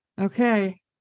okay